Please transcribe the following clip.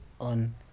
on